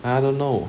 I don't know